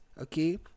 okay